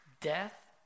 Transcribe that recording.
death